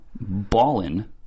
Ballin